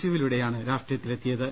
UV ലൂടെയാണ് രാഷ്ട്രീയത്തിലെത്തിയത്